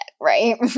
right